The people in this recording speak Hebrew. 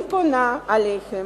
אני פונה אליכם,